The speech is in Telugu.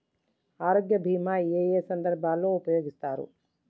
ఆరోగ్య బీమా ఏ ఏ సందర్భంలో ఉపయోగిస్తారు?